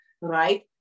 right